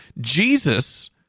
Jesus